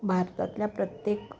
भारतातल्या प्रत्येक